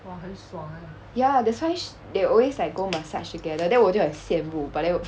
ya that's why they always go massage together then 我就很羡慕 but then 我